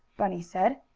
bunny said.